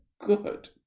good